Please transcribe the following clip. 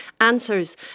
answers